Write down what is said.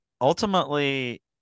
ultimately